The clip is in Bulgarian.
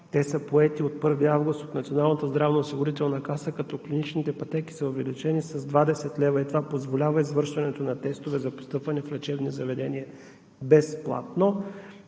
те са поети от Националната здравноосигурителна каса, като клиничните пътеки са увеличени с 20 лв. Това позволява извършването на тестове за постъпване в лечебни заведения безплатно.